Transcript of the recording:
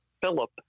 Philip